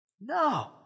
No